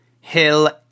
Hill